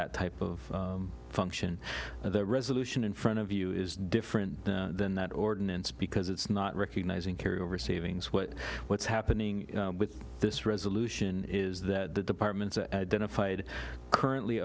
that type of function and the resolution in front of you is different than that ordinance because it's not recognizing carryover savings what what's happening with this resolution is that the department's a dignified currently